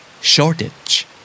Shortage